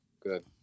good